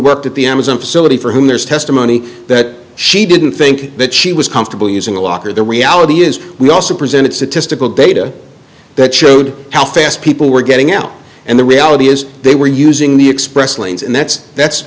worked at the amazon facility for whom there's testimony that she didn't think that she was comfortable using a locker the reality is we also presented statistical data that showed how fast people were getting out and the reality is they were using the express lanes and that's that's